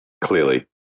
Clearly